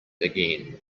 again